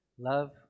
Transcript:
love